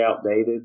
outdated